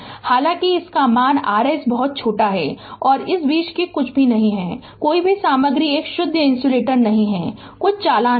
हालांकि का मान Rs बहुत छोटा है और इस बीच कि कुछ भी नहीं कोई भी सामग्री एक शुद्ध इन्सुलेटर नहीं है कुछ चालन होगा